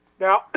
Now